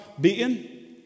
beaten